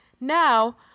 now